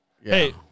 hey